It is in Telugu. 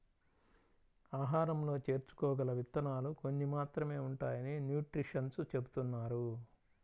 ఆహారంలో చేర్చుకోగల విత్తనాలు కొన్ని మాత్రమే ఉంటాయని న్యూట్రిషన్స్ చెబుతున్నారు